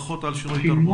פחות על שינוי תרבותי.